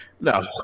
No